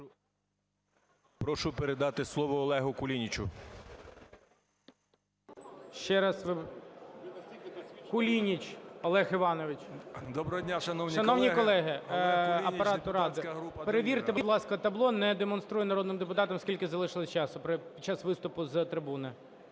Прошу передати слово Олегу Кулінічу.